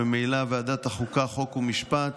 ממילא ועדת החוקה, חוק ומשפט